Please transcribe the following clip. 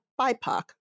BIPOC